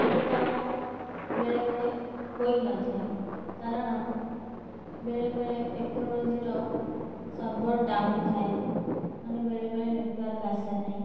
ସବୁକାମ ବେଳେ ବେଳେ ହୋଇନଥାଏ କାରଣ ବେଳେ ବେଳେ ଟେକ୍ନୋଲୋଜିର ସର୍ଭର୍ ଡାଉନ୍ ଥାଏ ମାନେ ବେଳେବେଳେ ନେଟ୍ୱାର୍କ ଆସେ ନାହିଁ